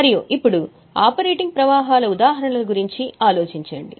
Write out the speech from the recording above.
మరియు ఇప్పుడు ఆపరేటింగ్ ప్రవాహాల ఉదాహరణల గురించి ఆలోచించండి